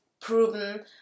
proven